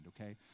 okay